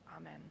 Amen